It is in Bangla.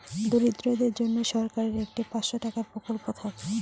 দরিদ্রদের জন্য সরকারের একটি পাঁচশো টাকার প্রকল্প থাকে